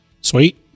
Sweet